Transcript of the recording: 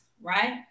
right